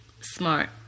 smart